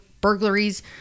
burglaries